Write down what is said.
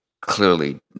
clearly